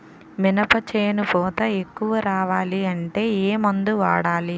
మినప చేను పూత ఎక్కువ రావాలి అంటే ఏమందు వాడాలి?